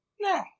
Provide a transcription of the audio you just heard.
No